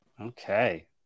okay